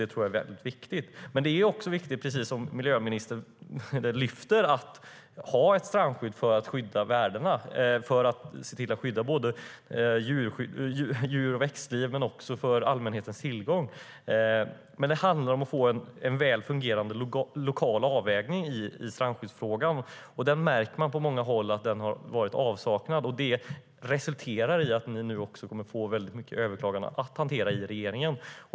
Det är viktigt. Precis som miljöministern lyfter fram är det också viktigt att strandskyddet finns för att skydda djur och växtliv och för att trygga allmänhetens tillgång till stränder. Men det handlar om att få en väl fungerande lokal avvägning i strandskyddsfrågan. Det märks att den har saknats på många håll. Det resulterar i att det kommer att bli många överklaganden att hantera i regeringen.